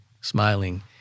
smiling